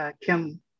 Kim